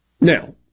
Now